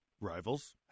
Rivals